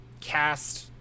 Cast